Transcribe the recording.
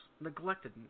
neglected